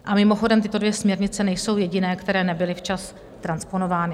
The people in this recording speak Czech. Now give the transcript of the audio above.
A mimochodem, tyto dvě směrnice nejsou jediné, které nebyly včas transponovány.